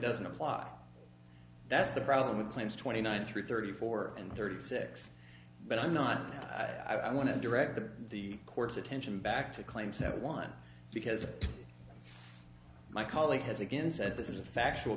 doesn't apply that's the problem with claims twenty nine three thirty four and thirty six but i'm not i want to direct the the court's attention back to claims that one because my colleague has again said this is a factual